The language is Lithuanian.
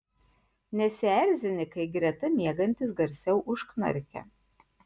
nesierzini kai greta miegantis garsiau užknarkia